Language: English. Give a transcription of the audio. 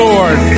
Lord